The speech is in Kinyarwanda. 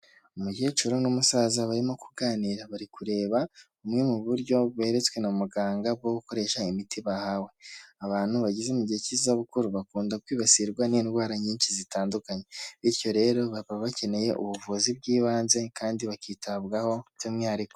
Umukecuru n'umusaza barimo kuganira, bari kureba bumwe mu buryo beretswe na muganga bwo gukoresha imiti bahawe, abantu bageze mu gihe cy'izabukuru, bakunda kwibasirwa n'indwara nyinshi zitandukanye. Bityo rero baba bakeneye ubuvuzi bw'ibanze kandi bakitabwaho by'umwihariko.